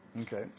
Okay